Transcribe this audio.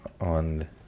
on